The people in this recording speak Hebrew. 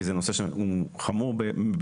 כי זה נושא שהוא חמור ביותר: